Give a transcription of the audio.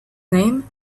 name